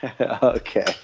Okay